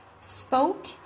spoke